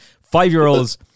Five-year-olds